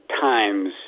times